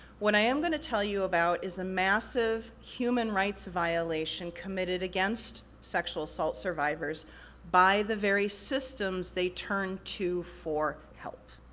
what i am gonna tell you about, is a massive human rights violation committed against sexual assault survivors by the very systems they turn to for help,